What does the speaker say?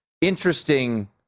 interesting